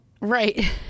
Right